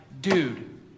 dude